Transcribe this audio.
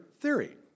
theory